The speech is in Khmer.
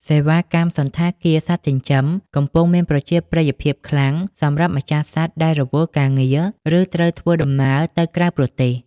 សេវាកម្មសណ្ឋាគារសត្វចិញ្ចឹម កំពុងមានប្រជាប្រិយភាពខ្លាំងសម្រាប់ម្ចាស់សត្វដែលរវល់ការងារ ឬត្រូវធ្វើដំណើរទៅក្រៅប្រទេស។